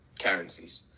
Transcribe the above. currencies